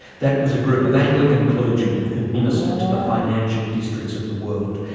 that was a group of anglican clergymen who minister to the financial districts of the world.